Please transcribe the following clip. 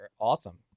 awesome